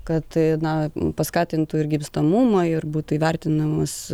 kad na paskatintų ir gimstamumą ir būtų įvertinamas